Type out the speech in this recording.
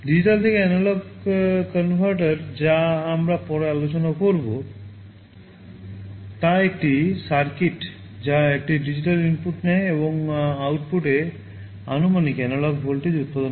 digital থেকে analogue converter যা আমরা পরে আলোচনা করব তা একটি সার্কিট যা একটি ডিজিটাল ইনপুট নেয় এবং আউটপুটে আনুপাতিক এনালগ ভোল্টেজ উত্পাদন করে